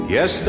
Yes